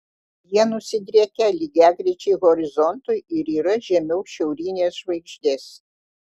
jie nusidriekę lygiagrečiai horizontui ir yra žemiau šiaurinės žvaigždės